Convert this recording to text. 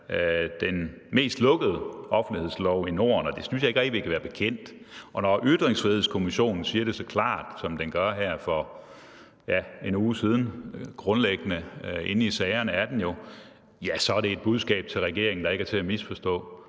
den mest lukkede offentlighedslov i Norden, og det synes jeg ikke rigtig vi kan være bekendt. Og når Ytringsfrihedskommissionen siger det så klart, som den gjorde her for cirka en uge siden – de er jo grundlæggende inde i sagerne – så er det et budskab til regeringen, der ikke er til at misforstå.